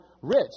rich